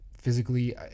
physically